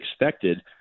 expected –